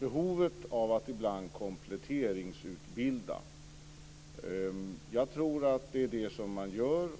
behovet av att ibland kompletteringsutbilda. Jag tror att det är vad man gör.